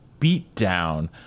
beatdown